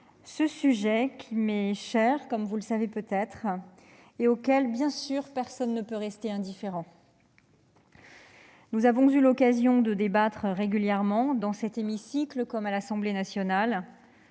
ce sujet qui m'est cher, comme vous le savez peut-être, et auquel personne ne peut rester indifférent. Nous avons eu l'occasion de débattre régulièrement, dans cet hémicycle comme à l'Assemblée nationale,